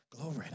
Glory